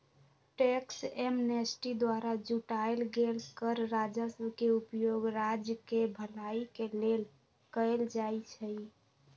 tax amnesty द्वारा जुटाएल गेल कर राजस्व के उपयोग राज्य केँ भलाई के लेल कएल जाइ छइ